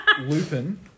Lupin